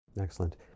Excellent